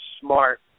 smart